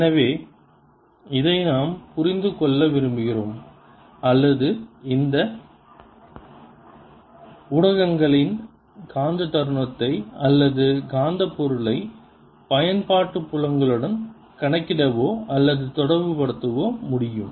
எனவே இதை நாம் புரிந்து கொள்ள விரும்புகிறோம் அல்லது இந்த ஊடகங்களின் காந்த தருணத்தை அல்லது காந்தப் பொருளை பயன்பாட்டு புலங்களுடன் கணக்கிடவோ அல்லது தொடர்புபடுத்தவோ முடியும்